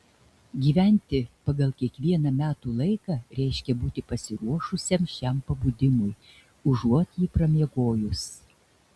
gyventi pagal kiekvieną metų laiką reiškia būti pasiruošusiam šiam pabudimui užuot jį pramiegojus